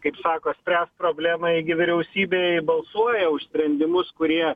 kaip sako spręst problemą jie gi vyriausybėj balsuoja už sprendimus kurie